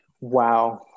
wow